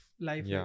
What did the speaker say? life